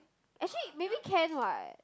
actually maybe can what